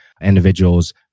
individuals